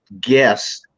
guess